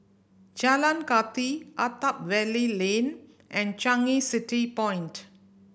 Jalan Kathi Attap Valley Lane and Changi City Point